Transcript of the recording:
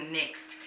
next